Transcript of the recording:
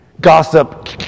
gossip